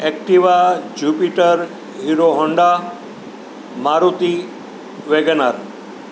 Activa Jupiter Hero Honda Maruti Wagon R